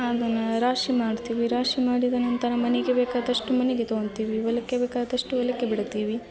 ಅದನ್ನು ರಾಶಿ ಮಾಡ್ತೀವಿ ರಾಶಿ ಮಾಡಿದ ನಂತರ ಮನೆಗೆ ಬೇಕಾದಷ್ಟು ಮನೆಗೆ ತಗೊತಿವಿ ಹೊಲಕ್ಕೆ ಬೇಕಾದಷ್ಟು ಹೊಲಕ್ಕೆ ಬಿಡುತ್ತೀವಿ